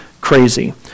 crazy